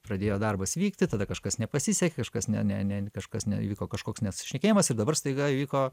pradėjo darbas vykti tada kažkas nepasisekė kažkas ne ne ne kažkas neįvyko kažkoks nesusišnekėjimas ir dabar staiga įvyko